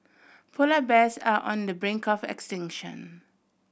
polar bears are on the brink of extinction